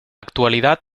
actualidad